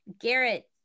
Garrett